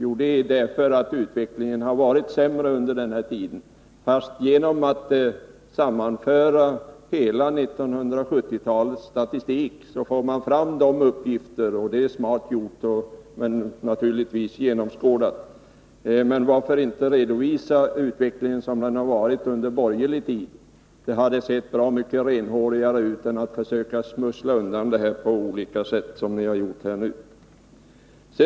Jo, därför att utvecklingen har varit sämre under den tiden. Genom att sammanföra hela 1970-talets statistik får man fram de uppgifter som man nu redovisat. Det är smart gjort men naturligtvis lätt genomskådat. Om ni hade redovisat utvecklingen under de borgerliga regeringarnas tid hade det varit bra mycket renhårigare än att försöka smussla undan de uppgifterna på olika sätt såsom ni nu har gjort.